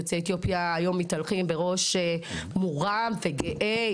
יוצאי אתיופיה היום מתהלכים בראש מורם וגאה,